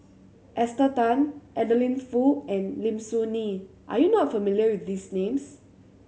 Esther Tan Adeline Foo and Lim Soo Ngee are you not familiar with these names